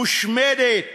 מושמדת.